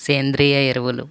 సేంద్రియ ఎరువులు